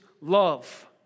love